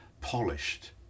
polished